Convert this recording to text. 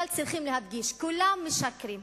אבל צריכים להדגיש: כולם משקרים,